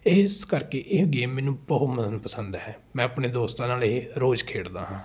ਇਸ ਕਰਕੇ ਇਹ ਗੇਮ ਮੈਨੂੰ ਬਹੁਤ ਮਨ ਪਸੰਦ ਹੈ ਮੈ ਆਪਣੇ ਦੋਸਤਾਂ ਨਾਲ ਇਹ ਰੋਜ਼ ਖੇਡਦਾ ਹਾਂ